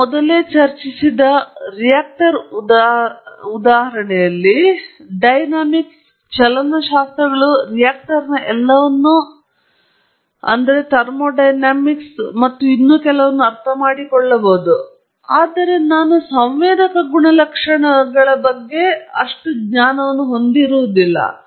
ನಾವು ಮೊದಲು ಚರ್ಚಿಸಿದ ಉದಾಹರಣೆಯಲ್ಲಿ ರಿಯಾಕ್ಟರ್ ನಾನು ಡೈನಾಮಿಕ್ಸ್ ಚಲನಶಾಸ್ತ್ರಗಳು ರಿಯಾಕ್ಟರ್ನ ಎಲ್ಲವನ್ನೂ ಥರ್ಮೊಡೈನಾಮಿಕ್ಸ್ ಮತ್ತು ಇನ್ನನ್ನೂ ಅರ್ಥಮಾಡಿಕೊಳ್ಳಬಹುದು ಆದರೆ ನಾನು ಸಂವೇದಕ ಗುಣಲಕ್ಷಣಗಳ ಬಗ್ಗೆ ಕಳಪೆ ಜ್ಞಾನವನ್ನು ಹೊಂದಿರಬಹುದು